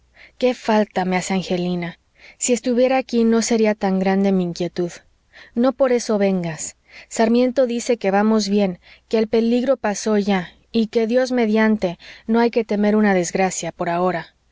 qué falta me hace angelina si estuviera aquí no seria tan grande mi inquietud no por eso vengas sarmiento dice que vamos bien que el peligro pasó ya y que dios mediante no hay que temer una desgracia por ahora